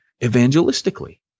evangelistically